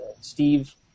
Steve